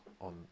on